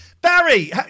barry